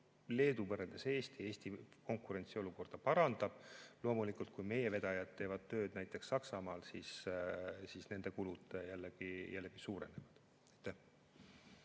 Leedut võrrelda Eestiga, Eesti konkurentsiolukorda parandab. Loomulikult, kui meie vedajad teevad tööd näiteks Saksamaal, siis nende kulud jällegi suurenevad.